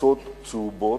חולצות צהובות,